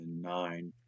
nine